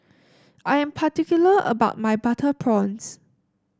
I am particular about my Butter Prawns